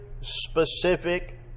specific